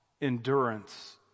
endurance